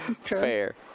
Fair